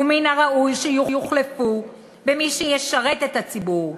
ומן הראוי שיוחלפו במי שישרת את הציבור,